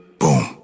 boom